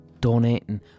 Donating